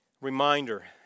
reminder